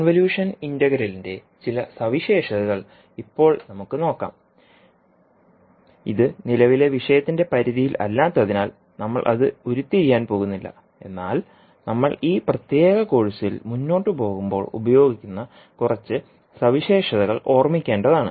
convolution ഇന്റഗ്രലിന്റെ ചില സവിശേഷതകൾ ഇപ്പോൾ നമുക്ക് നോക്കാം ഇത് നിലവിലെ വിഷയത്തിന്റെ പരിധിയില്ലാത്തതിനാൽ നമ്മൾ അത് ഉരുത്തിരിയാൻ പോകുന്നില്ല എന്നാൽ നമ്മൾ ഈ പ്രത്യേക കോഴ്സിൽ മുന്നോട്ടു പോകുമ്പോൾ ഉപയോഗിക്കുന്ന കുറച്ച് സവിശേഷതകൾ ഓർമ്മിക്കേണ്ടതാണ്